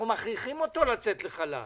אנחנו מכריחים אותו לצאת לחל"ת.